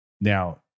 now